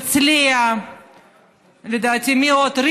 הרצליה, לדעתי, מי עוד?